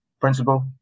principal